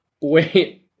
Wait